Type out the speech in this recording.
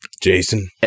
Jason